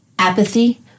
Apathy